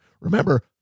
Remember